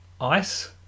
ice